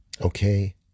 Okay